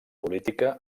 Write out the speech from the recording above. política